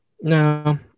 No